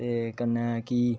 ते कन्ने कि